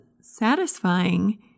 satisfying